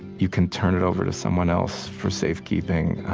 you can turn it over to someone else for safekeeping.